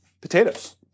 potatoes